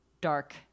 dark